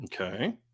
Okay